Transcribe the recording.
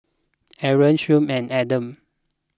Aaron Shuib and Adam